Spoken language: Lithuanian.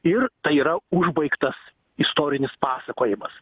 ir tai yra užbaigtas istorinis pasakojimas